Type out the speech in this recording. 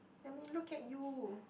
let me look at you